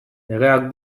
legeak